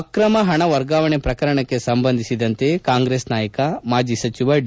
ಆಕ್ರಮ ಪಣ ವರ್ಗಾವಣೆ ಪ್ರಕರಣಕ್ಕೆ ಸಂಬಂಧಿಸಿದಂತೆ ಕಾಂಗ್ರೆಸ್ ನಾಯಕ ಮಾಜಿ ಸಜಿವ ಡಿ